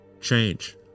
change